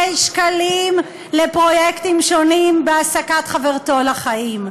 שקלים לפרויקטים שונים בהעסקת חברתו לחיים?